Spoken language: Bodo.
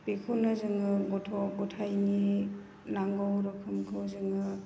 बेखौनो जोङो गथ' गथाइनि नांगौ रोखोमखौ जोङो